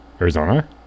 Arizona